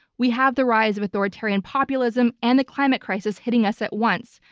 we have the rise of authoritarian populism and the climate crisis hitting us at once,